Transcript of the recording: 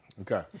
Okay